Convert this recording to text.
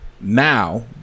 Now